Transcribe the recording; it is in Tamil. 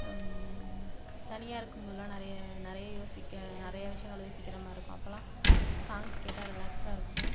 தனியாக இருக்கும் போதெலாம் நிறைய நிறைய யோசிக்க நிறைய விஷயங்கள் யோசிக்கின்ற மாதிரி இருக்கும் அப்போலாம் சாங்ஸ் கேட்டால் ரிலாக்ஸாக இருக்கும்